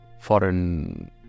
foreign